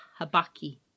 habaki